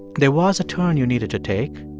there was a turn you needed to take.